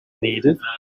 needed